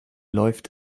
läuft